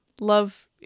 love